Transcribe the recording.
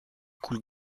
coule